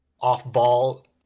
off-ball